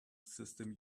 system